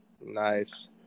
Nice